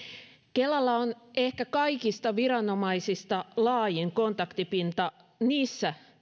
kelalla on ehkä kaikista viranomaisista laajin kontaktipinta niissä